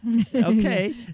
Okay